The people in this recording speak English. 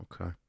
okay